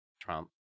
Trump